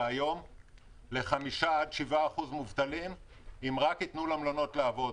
היום ל-5%-7% מובטלים אם רק יתנו למלונות לעבוד.